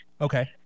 Okay